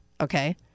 Okay